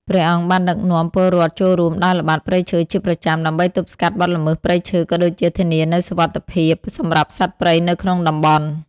ព្រះអង្គបានដឹកនាំពលរដ្ឋចូលរួមដើរល្បាតព្រៃឈើជាប្រចាំ ដើម្បីទប់ស្កាត់បទល្មើសព្រៃឈើ ក៏ដូចជាធានានូវសុវត្ថិភាពសម្រាប់សត្វព្រៃនៅក្នុងតំបន់។